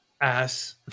ass